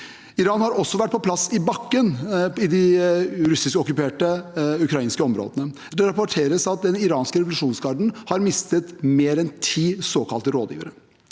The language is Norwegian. Iran har også vært på plass på bakken i de russiskokkuperte, ukrainske områdene. Det rapporteres at den iranske revolusjonsgarden har mistet mer enn ti såkalte rådgivere.